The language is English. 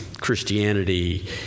Christianity